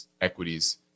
equities